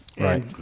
Right